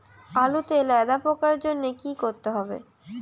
আলুতে লেদা পোকার জন্য কি করতে হবে?